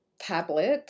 tablet